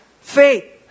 faith